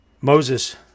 Moses